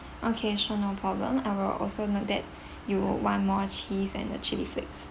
okay sure no problem I will also note that you will want more cheese and the chili flakes